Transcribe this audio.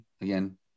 again